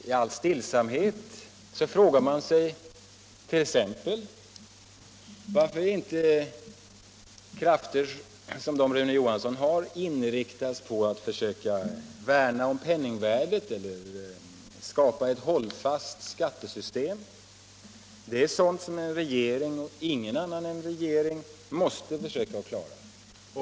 I all stillsamhet skulle jag vilja fråga t.ex. varför inte Rune Johansson inriktar krafterna på att värna om penningvärdet eller skapa ett hållfast skattesystem. Det är sådant som en regering och ingen annan måste försöka klara.